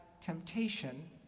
Temptation